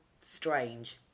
strange